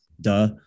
Duh